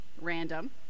random